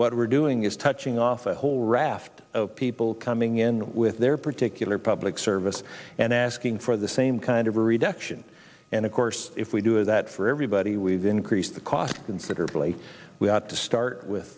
what we're doing is touching off a whole raft of people coming in with their particular public service and asking for the same kind of reduction and of course if we do that for everybody we've increased the cost considerably we ought to start with